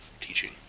teaching